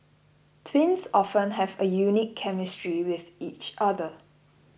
twins often have a unique chemistry with each other